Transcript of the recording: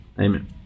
Amen